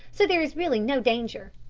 so there is really no danger.